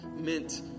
meant